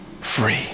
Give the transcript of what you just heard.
free